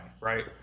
Right